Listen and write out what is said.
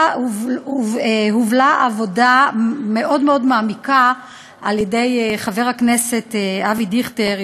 הובלה עבודה מאוד מאוד מעמיקה על-ידי חבר הכנסת אבי דיכטר,